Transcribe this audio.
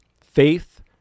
faith